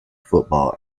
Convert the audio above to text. football